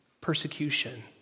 Persecution